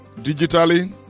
digitally